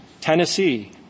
Tennessee